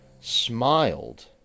smiled